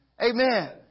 Amen